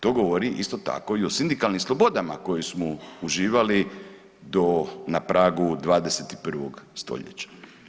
To govori isto tako i o sindikalnim slobodama koje smo uživali do na pragu 21. stoljeća.